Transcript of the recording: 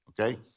okay